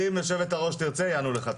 האמן לי שאם יושבת-הראש תרצה, יענו לך.